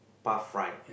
path right